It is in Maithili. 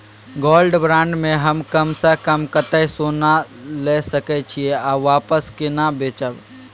गोल्ड बॉण्ड म हम कम स कम कत्ते सोना ल सके छिए आ वापस केना बेचब?